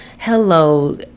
Hello